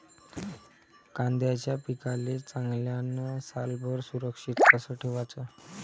कांद्याच्या पिकाले चांगल्यानं सालभर सुरक्षित कस ठेवाचं?